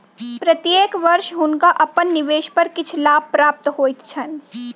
प्रत्येक वर्ष हुनका अपन निवेश पर किछ लाभ प्राप्त होइत छैन